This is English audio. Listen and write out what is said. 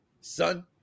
son